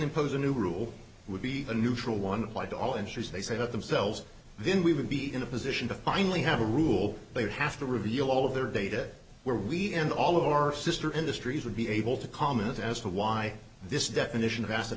impose a new rule would be a neutral one by the all injuries they set up themselves then we would be in a position to finally have a rule they'd have to reveal all of their data where we end all of our sister industries would be able to comment as to why this definition of a